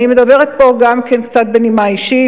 אני מדברת פה גם קצת בנימה אישית.